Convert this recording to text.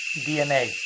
DNA